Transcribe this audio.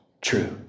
true